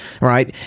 right